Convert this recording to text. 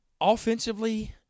Offensively